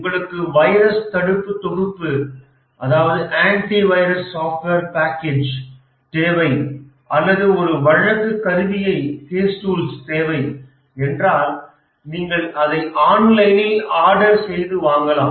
உங்களுக்கு வைரஸ் தடுப்பு தொகுப்பு தேவை அல்லது ஒரு வழக்கு கருவியை தேவை என்றால் நீங்கள் அதை ஆன்லைனில் ஆர்டர் செய்து வாங்கலாம்